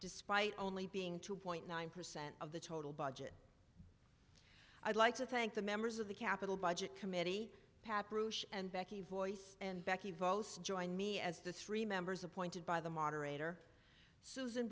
despite only being two point nine percent of the total budget i'd like to thank the members of the capitol budget committee and becky voice and becky both join me as the three members appointed by the moderator susan